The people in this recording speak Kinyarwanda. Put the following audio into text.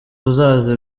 uzaza